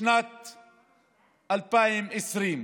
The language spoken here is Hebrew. שנת 2020,